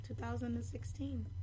2016